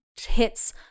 hits